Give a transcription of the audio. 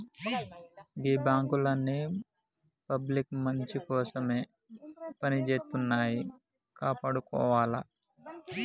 గీ బాంకులన్నీ పబ్లిక్ మంచికోసమే పనిజేత్తన్నయ్, కాపాడుకోవాల